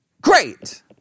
great